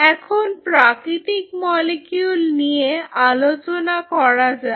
এখন প্রাকৃতিক মলিকিউল নিয়ে আলোচনা করা যাক